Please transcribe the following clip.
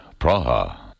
Praha